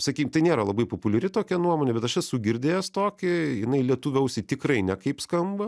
sakykim tai nėra labai populiari tokia nuomonė bet aš esu girdėjęs tokią jinai lietuvio ausiai tikrai nekaip skamba